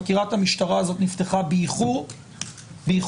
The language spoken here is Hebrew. חקירת המשטרה הזאת נפתחה באיחור רב,